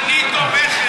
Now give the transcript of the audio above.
אני לא יודע,